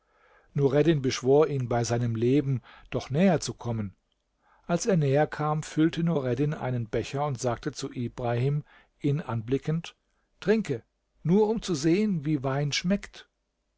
nureddin beschwor ihn bei seinem leben doch näher zu kommen als er näher kam füllte nureddin einen becher und sagte zu ibrahim ihn anblickend trinke nur um zu sehen wie wein schmeckt